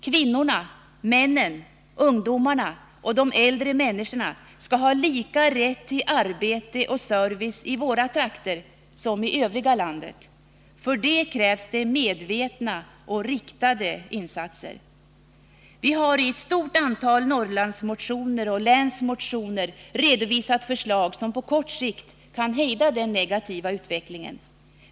Kvinnorna, männen, ungdomarna och de äldre människorna skall ha lika rätt till arbete och service i våra trakter som i övriga landet. För det krävs det medvetna och riktade insatser. Vi har i ett stort antal Norrlandsmotioner och länsmotioner redovisat förslag som på kort sikt kan hejda den negativa utvecklingen.